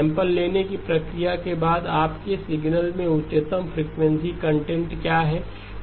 sample लेने की प्रक्रिया के बाद आपके सिग्नल में उच्चतम फ्रीक्वेंसी कंटेंट क्या है